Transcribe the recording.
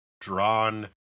drawn